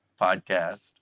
Podcast